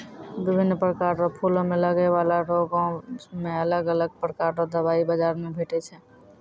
बिभिन्न प्रकार रो फूलो मे लगै बाला रोगो मे अलग अलग प्रकार रो दबाइ बाजार मे भेटै छै